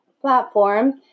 platform